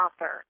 author